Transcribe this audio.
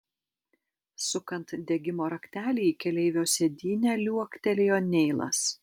sukant degimo raktelį į keleivio sėdynę liuoktelėjo neilas